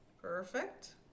Perfect